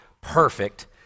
perfect